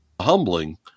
humbling